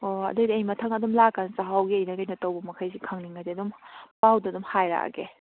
ꯑꯣ ꯑꯗꯨꯏꯗꯤ ꯑꯩ ꯃꯊꯪ ꯑꯗꯨꯝ ꯂꯥꯛꯀꯥꯟ ꯆꯥꯛꯍꯥꯎꯒꯤ ꯀꯩꯅꯣ ꯀꯩꯅꯣ ꯇꯧꯕ ꯃꯈꯩꯁꯤ ꯈꯪꯅꯤꯡꯉꯗꯤ ꯑꯗꯨꯝ ꯄꯥꯎꯗꯣ ꯑꯗꯨꯝ ꯍꯥꯏꯔꯛꯑꯒꯦ